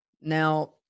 Now